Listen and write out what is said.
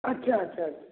अच्छा अच्छा अच्छा